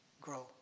grow